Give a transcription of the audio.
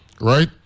right